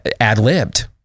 ad-libbed